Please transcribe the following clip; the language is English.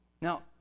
Now